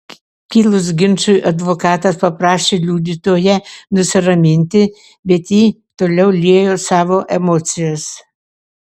kilus ginčui advokatas paprašė liudytoją nusiraminti bet ji toliau liejo savo emocijas